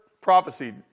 prophecy